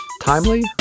timely